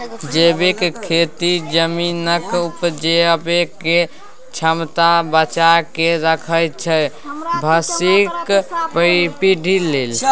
जैबिक खेती जमीनक उपजाबै केर क्षमता बचा कए राखय छै भबिसक पीढ़ी लेल